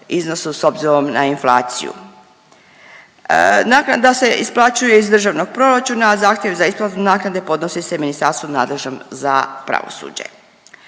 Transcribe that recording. iznosu s obzirom na inflaciju. Naknada se isplaćuje iz Državnog proračuna, a zahtjev za isplatu naknade podnosi se ministarstvu nadležnom za pravosuđe.